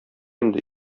инде